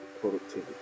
productivity